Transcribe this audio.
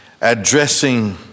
addressing